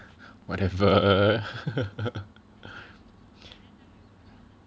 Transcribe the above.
whatever